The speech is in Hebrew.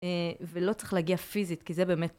ולא צריך להגיע פיזית, כי זה באמת...